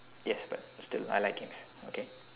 yes but still I like it okay